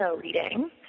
reading